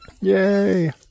Yay